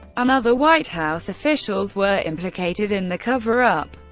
and other white house officials were implicated in the cover-up.